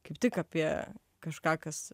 kaip tik apie kažką kas